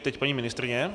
Teď paní ministryně.